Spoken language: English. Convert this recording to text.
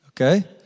Okay